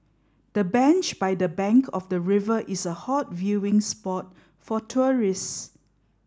the bench by the bank of the river is a hot viewing spot for tourists